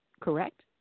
Correct